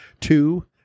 two